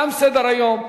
תם סדר-היום.